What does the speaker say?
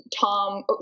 Tom